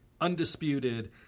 undisputed